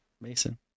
Mason